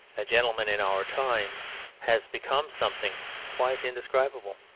a gentleman in our time has become something quite indescribable.